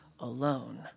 Alone